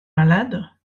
malade